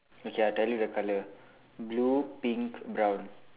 okay I tell you the colour blue pink brown